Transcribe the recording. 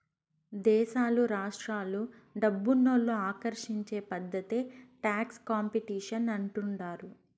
దేశాలు రాష్ట్రాలు డబ్బునోళ్ళు ఆకర్షించే పద్ధతే టాక్స్ కాంపిటీషన్ అంటుండారు